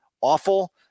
awful